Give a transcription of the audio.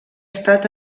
estat